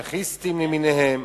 אנרכיסטים למיניהם,